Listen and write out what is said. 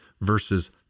verses